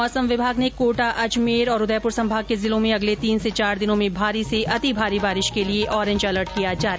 मौसम विभाग ने कोटा अजमेर और उदयपुर संभाग के जिलों में अगले तीन से चार दिनों में भारी से अति भारी बारिश के लिए ऑरेंज अलर्ट किया जारी